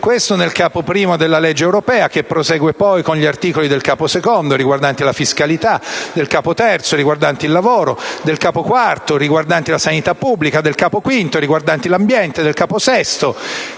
Questo nel Capo I della legge europea, che prosegue con gli articoli del Capo II, riguardanti la fiscalità, del Capo III, riguardanti il lavoro, del Capo IV, riguardanti la sanità pubblica, del Capo V, riguardanti l'ambiente, del Capo VI,